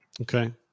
Okay